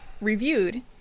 reviewed